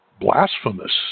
blasphemous